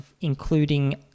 including